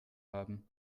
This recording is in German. haben